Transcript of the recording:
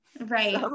Right